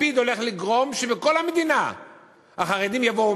לפיד הולך לגרום שבכל המדינה החרדים יבואו,